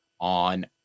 on